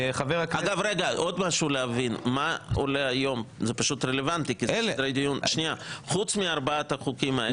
עוד משהו, מה עולה היום חוץ מארבעת החוקים האלה?